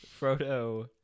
Frodo